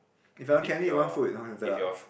if I want Kenny you want food